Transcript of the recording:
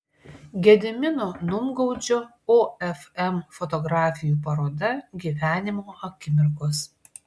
gedimino numgaudžio ofm fotografijų paroda gyvenimo akimirkos